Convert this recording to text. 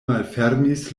malfermis